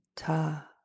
Ta